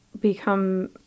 become